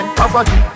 poverty